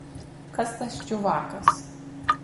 kas tas čiuvakas